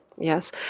Yes